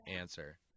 answer